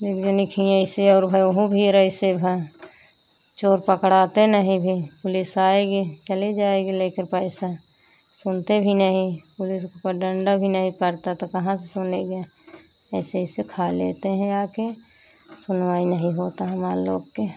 एक जन खियाँ ऐसे और भा वहु भीर ऐसे भा चोर पकड़ाते नहीं भी पुलिस आएगी चली जाएगी लेकर पैसा सुनते भी नहीं पुलिस के ऊपर डंडा भी नहीं पड़ता तो कहाँ से सुनेंगे ऐसे ऐसे खा लेते हैं आकर सुनवाई नहीं होती है हमारे लोग की